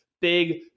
big